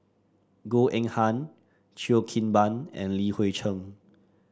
Goh Eng Han Cheo Kim Ban and Li Hui Cheng